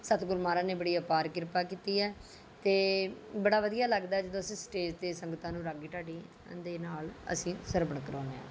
ਸਤਿਗੁਰ ਮਹਾਰਾਜ ਨੇ ਬੜੀ ਅਪਾਰ ਕਿਰਪਾ ਕੀਤੀ ਹੈ ਅਤੇ ਬੜਾ ਵਧੀਆ ਲੱਗਦਾ ਹੈ ਜਦੋਂ ਅਸੀਂ ਸਟੇਜ ਅਤੇ ਸੰਗਤਾਂ ਨੂੰ ਰਾਗੀ ਢਾਡੀ ਅ ਦੇ ਨਾਲ ਅਸੀਂ ਸਰਵਣ ਕਰਵਾਉਂਦੇ ਹਾਂ